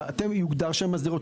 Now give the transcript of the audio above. שיוגדר שם המאסדר,